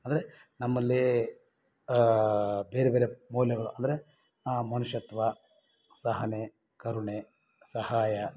ಅಂದರೆ ನಮ್ಮಲ್ಲಿ ಬೇರೆ ಬೇರೆ ಮೌಲ್ಯಗಳು ಅಂದರೆ ಮನುಷ್ಯತ್ವ ಸಹನೆ ಕರುಣೆ ಸಹಾಯ